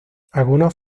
algunos